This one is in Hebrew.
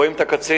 רואים את הקצין,